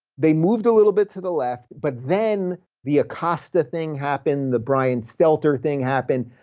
they moved a little bit to the left, but then the acosta thing happened, the brian stelter thing happened,